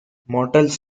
motels